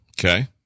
Okay